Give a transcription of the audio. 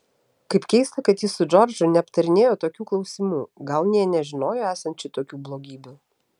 kaip keista kad ji su džordžu neaptarinėjo tokių klausimų gal nė nežinojo esant šitokių blogybių